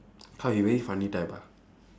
!huh! he very funny type ah